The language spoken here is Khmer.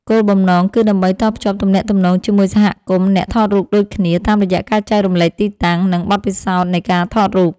គោលបំណងគឺដើម្បីតភ្ជាប់ទំនាក់ទំនងជាមួយសហគមន៍អ្នកថតរូបដូចគ្នា តាមរយៈការចែករំលែកទីតាំង និងបទពិសោធន៍នៃការថតរូប។